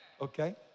Okay